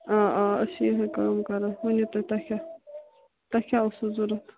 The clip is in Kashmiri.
آ آ أسۍ چھِ یِہوٚے کٲم کران ؤنِو تُہۍ تۄہہِ کیٛاہ اوسوٕ ضوٚرَتھ